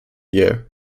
year